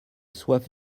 soif